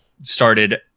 started